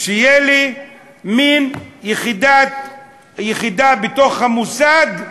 שתהיה לי מין יחידה בתוך המוסד,